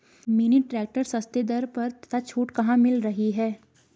Mini tractor सस्ते दर पर तथा छूट कहाँ मिल रही है?